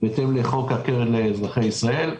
בהתאם לחוק הקרן לאזרחי ישראל.